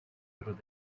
through